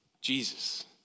Jesus